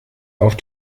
auf